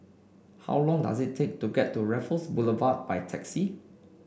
how long does it take to get to Raffles Boulevard by taxi